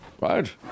Right